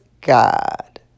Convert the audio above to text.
God